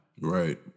Right